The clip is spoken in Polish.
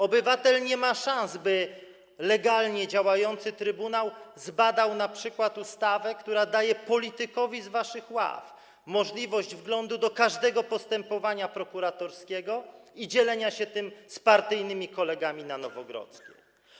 Obywatel nie ma szans, by legalnie działający trybunał zbadał np. ustawę, która daje politykowi z waszych ław możliwość wglądu do każdego postępowania prokuratorskiego i dzielenia się tym z partyjnymi kolegami na Nowogrodzkiej.